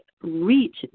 reach